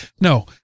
No